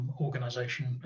Organization